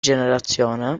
generazione